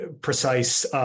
precise